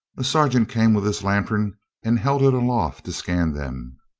a sergeant came with his lantern and held it aloft to scan them.